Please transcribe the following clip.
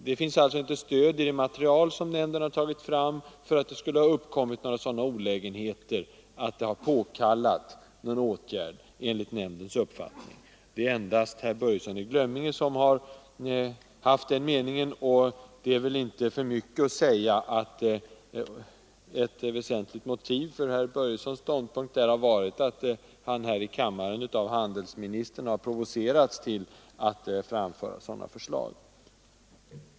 Det finns således inte stöd i det material, som nämnden har tagit fram, för påståenden om att det skulle ha uppkommit sådana olägenheter, att det enligt nämndens uppfattning påkallar åtgärder. Det är endast herr Börjesson i Glömminge som har haft den meningen, och det är väl inte för mycket att säga, att ett väsentligt motiv för herr Börjessons ståndpunkt har varit att han här i kammaren av handelsministern har provocerats att framföra sådana förslag.